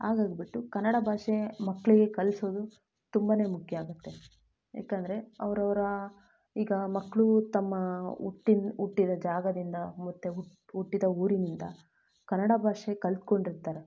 ಹಾಗಾಗ್ಬಿಟ್ಟು ಕನ್ನಡ ಭಾಷೆ ಮಕ್ಕಳಿಗೆ ಕಲಿಸೋದು ತುಂಬಾ ಮುಖ್ಯ ಆಗುತ್ತೆ ಯಾಕಂದ್ರೆ ಅವರವ್ರ ಈಗ ಮಕ್ಕಳು ತಮ್ಮ ಹುಟ್ಟಿನ ಹುಟ್ಟಿದ ಜಾಗದಿಂದ ಮತ್ತು ಹುಟ್ ಹುಟ್ಟಿದ ಊರಿನಿಂದ ಕನ್ನಡ ಭಾಷೆ ಕಲ್ತುಕೊಂಡಿರ್ತಾರೆ